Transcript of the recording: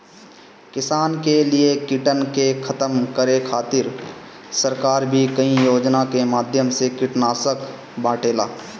किसानन के लिए कीटन के खतम करे खातिर सरकार भी कई योजना के माध्यम से कीटनाशक बांटेले